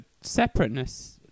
separateness